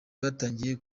batangiye